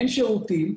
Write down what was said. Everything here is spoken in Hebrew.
אין שירותים.